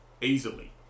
easily